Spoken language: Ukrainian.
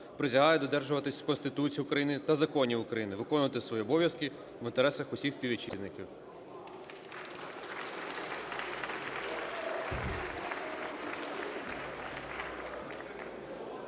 Присягаю додержуватися Конституції України та законів України, виконувати свої обов'язки в інтересах усіх співвітчизників.